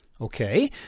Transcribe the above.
Okay